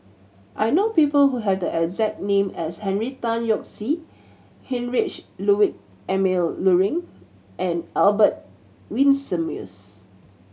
I know people who have the exact name as Henry Tan Yoke See Heinrich Ludwig Emil Luering and Albert Winsemius